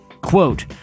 Quote